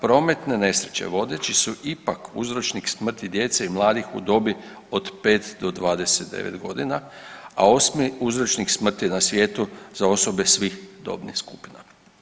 Prometne nesreće vodeći su ipak uzročnik smrti djece i mladih u dobi od 5 do 29 godina, a osmi uzročnik smrti na svijetu za osobe svih dobnih skupina.